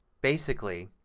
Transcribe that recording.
basically